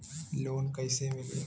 Loan कईसे मिली?